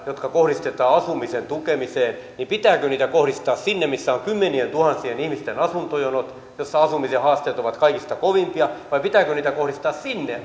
jotka kohdistetaan asumisen tukemiseen kohdistaa sinne missä on kymmenientuhansien ihmisten asuntojonot ja missä asumisen haasteet ovat kaikista kovimpia vai pitääkö niitä kohdistaa sinne